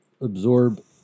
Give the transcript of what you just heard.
absorb